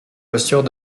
posture